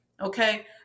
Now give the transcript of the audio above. okay